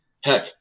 Heck